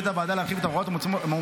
החליטה הוועדה להחיל את ההוראות המאומצות